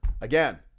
again